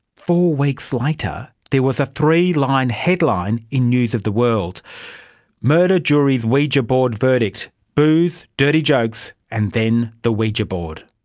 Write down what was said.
four weeks later, there was a three-line headline in news of the world murder jury's ouija board verdict booze, dirty jokes and then the ouija board'.